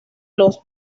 los